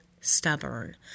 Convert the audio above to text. stubborn